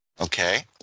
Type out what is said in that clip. Okay